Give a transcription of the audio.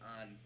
on